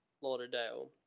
Lauderdale